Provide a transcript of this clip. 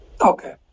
Okay